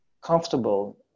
comfortable